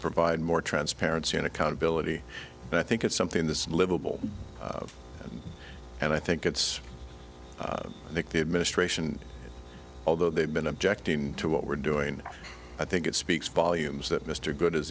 provide more transparency and accountability but i think it's something the livable and i think it's i think the administration although they've been objecting to what we're doing i think it speaks volumes that mr good